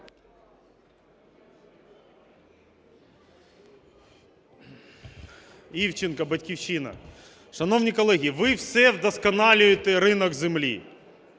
Івченко, "Батьківщина". Шановні колеги, ви все вдосконалюєте ринок землі.